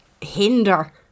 hinder